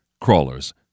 crawlers